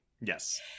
yes